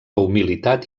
humilitat